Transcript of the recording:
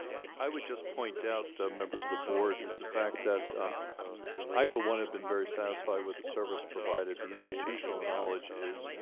i would just point out members of the board is the fact that i for one have been very satisfied with the service provided the institutional knowledge is